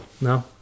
No